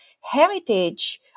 Heritage